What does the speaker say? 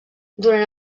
durant